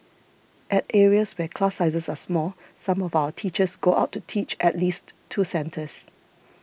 at areas where class sizes are small some of our teachers go out to teach at least two centres